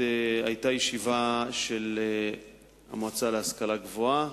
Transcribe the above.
היתה ישיבה של המועצה להשכלה גבוהה,